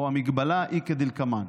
המגבלה היא כדלקמן: